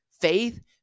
faith